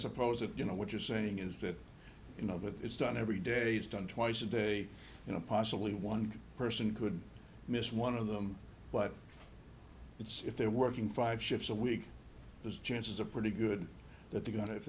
suppose that you know what you're saying is that you know that it's done every day it's done twice a day you know possibly one person could miss one of them but it's if they're working five shifts a week there's chances are pretty good that they're go